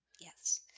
Yes